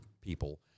people